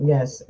Yes